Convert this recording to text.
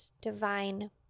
divine